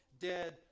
dead